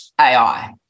AI